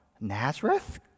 Nazareth